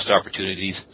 opportunities